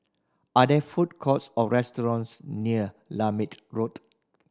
are there food courts or restaurants near Lermit Road